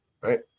right